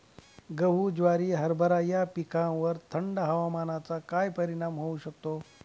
गहू, ज्वारी, हरभरा या पिकांवर थंड हवामानाचा काय परिणाम होऊ शकतो?